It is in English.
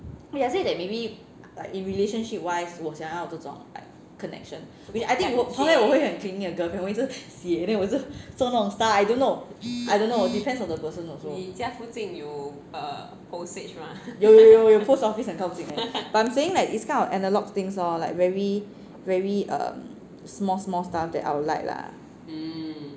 I say that maybe in relationship wise 我想要这种 like connection which I think 我会很 clingy 的 girlfriend 我一直写 then 我一直做那种 stuff I don't know I don't know depends on the person also 有有有 post office 很靠近而已 but I'm saying that this kind of analog things lor like very very um small small stuff that I would like lah